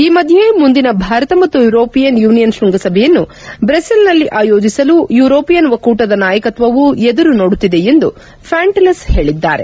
ಈ ಮಧ್ಯೆ ಮುಂದಿನ ಭಾರತ ಮತ್ತು ಯುರೋಪಿಯನ್ ಯೂನಿಯನ್ ಶ್ವಂಗಸಭೆಯನ್ನು ಬ್ರಸೆಲ್ನಲ್ಲಿ ಆಯೋಜಿಸಲು ಯುರೋಪಿಯನ್ ಒಕ್ಕೂ ಟದ ನಾಯಕತ್ವವು ಎದುರುನೋಡುತ್ತಿದೆ ಎಂದು ಫಾಂಟೆಲ್ಲೆಸ್ ಹೇಳಿದ್ದಾರೆ